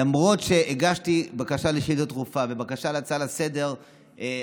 למרות שהגשתי בקשה לשאילתה דחופה ובקשה להצעה לסדר-היום,